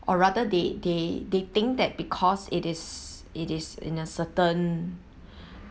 or rather they they they think that because it is it is in a certain